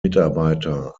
mitarbeiter